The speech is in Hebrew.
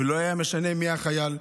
ולא היה משנה מי החייל,